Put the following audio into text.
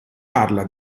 parla